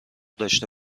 داشته